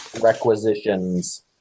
requisitions